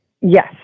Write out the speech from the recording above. Yes